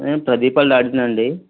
నేను ప్రదీప్ వాళ్ళ డాడీని అండి